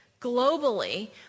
globally